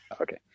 Okay